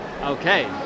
Okay